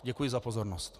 Děkuji za pozornost.